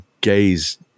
gaze